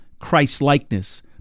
Christ-likeness